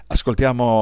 Ascoltiamo